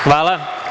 Hvala.